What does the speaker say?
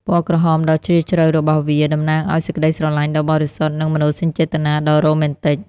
ពណ៌ក្រហមដ៏ជ្រាលជ្រៅរបស់វា តំណាងឲ្យសេចក្ដីស្រឡាញ់ដ៏បរិសុទ្ធ និងមនោសញ្ចេតនាដ៏រ៉ូមែនទិក។